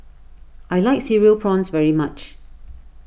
I like Cereal Prawns very much